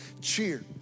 cheer